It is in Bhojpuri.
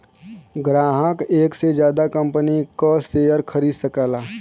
ग्राहक एक से जादा कंपनी क शेयर खरीद सकला